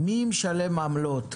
מי משלם עמלות?